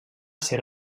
ser